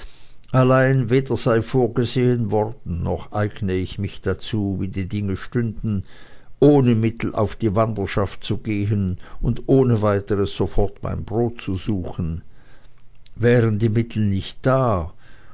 allein weder sei vorgesehen worden noch eigne ich mich dazu wie die dinge ständen ohne mittel auf die wanderschaft zu gehen und ohne weiteres sofort mein brot zu suchen wären die mittel nicht da